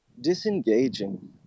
disengaging